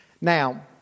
Now